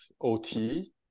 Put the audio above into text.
OT